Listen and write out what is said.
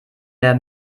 der